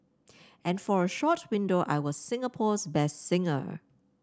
and for a short window I was Singapore's best singer